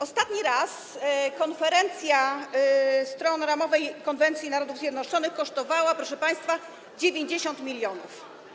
Ostatni raz Konferencja Stron Ramowej konwencji Narodów Zjednoczonych kosztowała, proszę państwa, 90 mln.